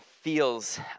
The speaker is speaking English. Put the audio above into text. feels